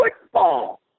football